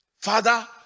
Father